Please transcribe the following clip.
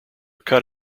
cut